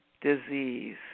disease